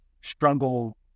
struggle